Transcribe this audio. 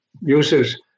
uses